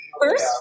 first